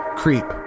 creep